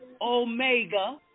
Omega